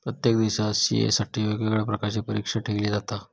प्रत्येक देशाच्या सी.ए साठी वेगवेगळ्या प्रकारची परीक्षा ठेयली जाता